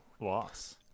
loss